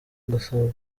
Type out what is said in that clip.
agasaba